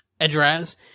address